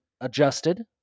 adjusted